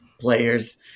players